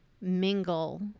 mingle